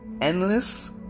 endless